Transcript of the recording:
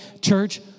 church